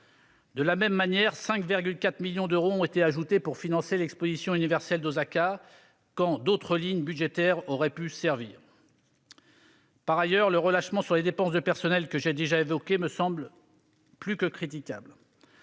De la même manière, 5,4 millions d'euros ont été ajoutés pour financer l'exposition universelle d'Osaka, alors que d'autres lignes budgétaires auraient pu servir. Par ailleurs, le relâchement sur les dépenses de personnel, que j'ai déjà évoqué, me semble plus que critiquable.